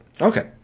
Okay